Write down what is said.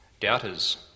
doubters